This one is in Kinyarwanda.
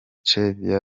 stevia